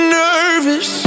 nervous